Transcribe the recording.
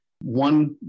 One